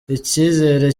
icyizere